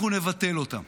אנחנו נבטל אותם,